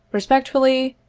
respectfully,